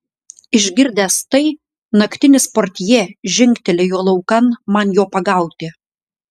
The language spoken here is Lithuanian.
išgirdęs tai naktinis portjė žingtelėjo laukan man jo pagauti